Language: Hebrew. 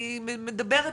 אני מדברת,